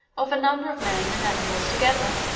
of a number of men and animals together.